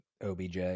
OBJ